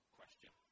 question